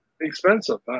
expensive